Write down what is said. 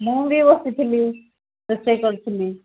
ମୁଁ ବି ବସିଥିଲି ରୋଷେଇ କରୁଥିଲି